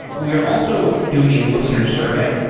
we are also doing a listener survey.